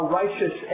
righteous